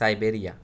Siberia